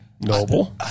Noble